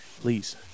please